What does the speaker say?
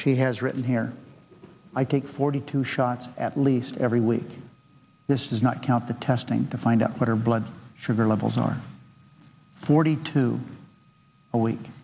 she has written here i take forty two shots at least every week this does not count the testing to find out what her blood sugar levels are forty two a week